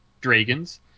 Dragons